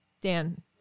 Dan